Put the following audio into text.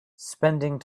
spending